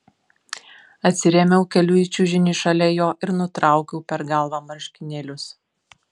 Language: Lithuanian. atsirėmiau keliu į čiužinį šalia jo ir nutraukiau per galvą marškinėlius